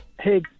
Hey